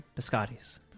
biscottis